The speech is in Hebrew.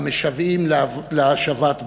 המשוועים להשבת בנם.